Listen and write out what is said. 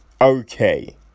okay